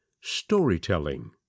Storytelling